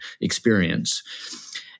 experience